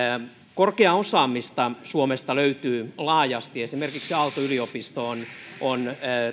korkeaa osaamista suomesta löytyy laajasti esimerkiksi aalto yliopisto on on